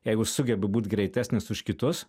jeigu sugebi būt greitesnis už kitus